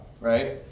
Right